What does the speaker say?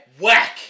Whack